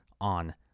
on